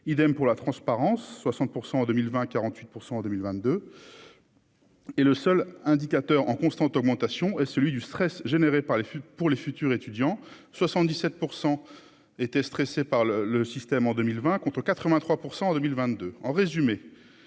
idem pour la transparence 60 % en 2020 48 % en 2022. Et le seul indicateur en constante augmentation et celui du stress généré par les pour les futurs étudiants 77 % était stressé par le le système en 2020 contre 83 % en 2022, en résumé,